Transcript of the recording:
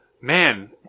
man